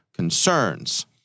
Concerns